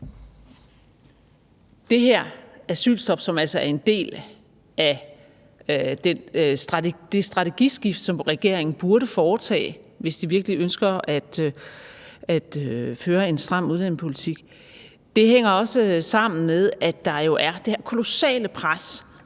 det her asylstop, som altså er en del af det strategiskift, som regeringen burde foretage, hvis den virkelig ønsker at føre en stram udlændingepolitik, hænger også sammen med, at der jo er det her kolossale pres